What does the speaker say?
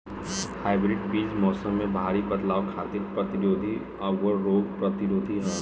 hybrid बीज मौसम में भारी बदलाव खातिर प्रतिरोधी आउर रोग प्रतिरोधी ह